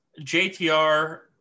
JTR